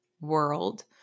world